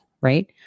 right